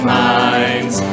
minds